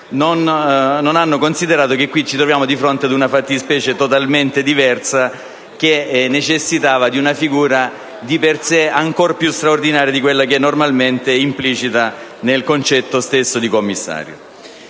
non hanno considerato che qui ci troviamo di fronte ad una fattispecie totalmente diversa che necessitava di una figura di per sé ancora più straordinaria di quella che normalmente è implicita nel concetto stesso di commissario.